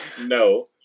No